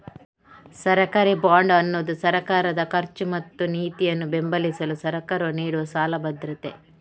ಸರ್ಕಾರಿ ಬಾಂಡ್ ಅನ್ನುದು ಸರ್ಕಾರದ ಖರ್ಚು ಮತ್ತು ನೀತಿಯನ್ನ ಬೆಂಬಲಿಸಲು ಸರ್ಕಾರವು ನೀಡುವ ಸಾಲ ಭದ್ರತೆ